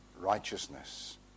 righteousness